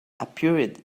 appeared